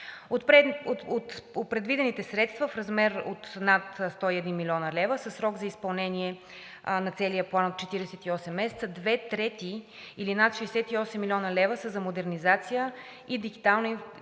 От предвидените средства в размер от над 101 млн. лв. със срок за изпълнение на целия план от 48 месеца, две трети, или над 68 млн. лв., са за модернизация и дигитална